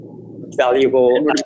valuable